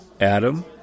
Adam